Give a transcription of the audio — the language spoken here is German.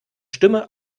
stimme